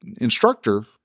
instructor